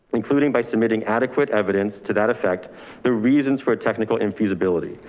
including by submitting adequate evidence to that effect the reasons for a technical infeasibility.